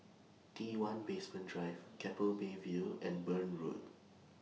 T one Basement Drive Keppel Bay View and Burn Road